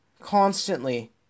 constantly